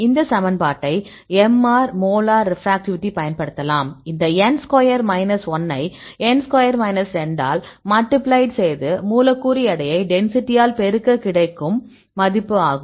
இந்த சமன்பாட்டை MR molar ரெப்ராக்டிவிட்டிக்கு பயன்படுத்தலாம் இந்த n ஸ்கொயர் மைனஸ் 1 ஐ n ஸ்கொயர் மைனஸ் 2 ஆல் மல்டிபிளைட் செய்து மூலக்கூறு எடையை டென்சிட்டியால் பெருக்க கிடைக்கும் மதிப்பு ஆகும்